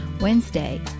Wednesday